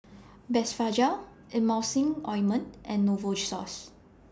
Blephagel Emulsying Ointment and Novosource